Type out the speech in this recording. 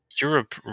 Europe